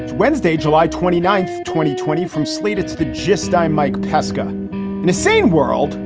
wednesday, july twenty ninth, twenty twenty from slate, it's the gist. i'm mike pesca. in a sane world,